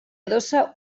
adossa